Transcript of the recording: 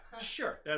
sure